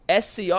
SCR